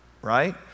right